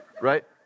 right